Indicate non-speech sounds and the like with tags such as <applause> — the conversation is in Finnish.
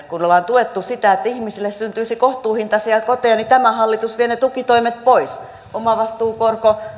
<unintelligible> kun ollaan tuettu sitä että ihmisille syntyisi kohtuuhintaisia koteja tämä hallitus vie kaikki ne kannustimet tukitoimet pois omavastuukorko